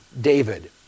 David